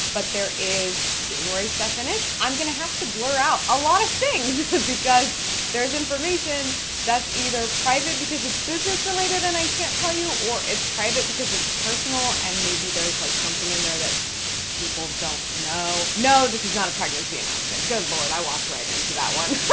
but there is january stuff in it. i'm gonna have to blur out a lot of things because there's information that's either private because it's business related and i can't tell you, or it's private because it's personal and maybe there's like something in there that people don't know. no, this is not a pregnancy announcement. good lord, i walked right into that one.